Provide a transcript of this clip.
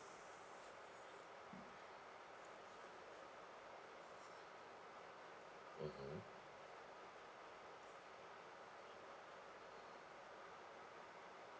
mmhmm